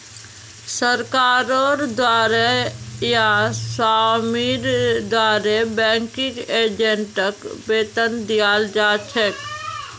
सरकारेर द्वारे या स्वामीर द्वारे बैंकिंग एजेंटक वेतन दियाल जा छेक